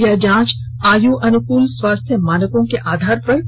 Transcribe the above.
यह जांच आयु अनुकूल स्वास्थ्य मानकों के आधार पर तय होगी